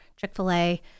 Chick-fil-A